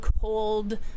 cold